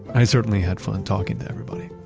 i certainly had fun talking to everybody.